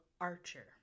archer